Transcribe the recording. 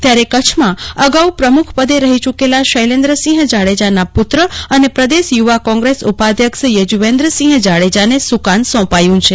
ત્યારે કચ્છમાં અગાઉ પ્રમુખપદે રહી ચુકેલા શૈલેન્દ્રસિંહ જાડેજાના પુત્ર અને પદેશ યુવા કોંગ્રેસ ઉપાધ્યક્ષ યર્જુવેદસિહ જાડેજાને સુકાન સોંપાય છે